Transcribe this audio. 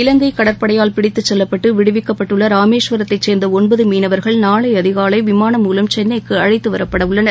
இலங்கைகடற்படையால் பிடித்துச் செல்லப்பட்டு விடுவிக்கப்பட்டுள்ளராமேஸ்வரத்தைச் சேர்ந்தஒன்பதுமீனவர்கள் நாளைஅதிகாலைவிமானம் மூலம் சென்னைக்குஅழைத்துவரப்படஉள்ளனர்